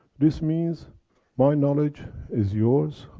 this means my knowledge is yours,